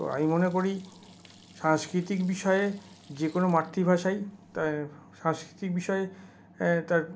আমি মনে করি সাংস্কৃতিক বিষয়ে যে কোনো মাতৃভাষাই সাংস্কৃতিক বিষয়ে তার